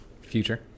future